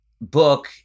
book